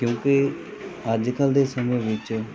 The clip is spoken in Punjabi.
ਕਿਉਂਕਿ ਅੱਜ ਕੱਲ੍ਹ ਦੇ ਸਮੇਂ ਵਿੱਚ